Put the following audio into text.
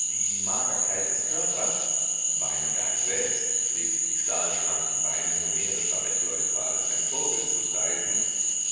die magerkeit des körpers beineberg selbst pflegte die stahlschlanken beine homerischer wettläufer als sein vorbild zu preisen